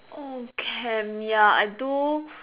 oh camp ya I do